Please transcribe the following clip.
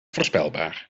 voorspelbaar